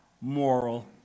moral